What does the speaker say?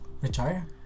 retire